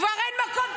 כבר אין מקום.